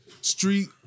street